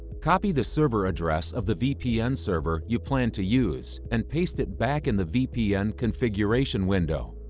copy the server address of the vpn server you plan to use and paste it back in the vpn configuration window.